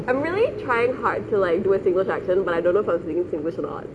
I'm really trying hard to like do a singlish accent but I don't know if I was saying singlish or not